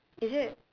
is it